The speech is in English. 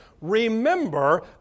remember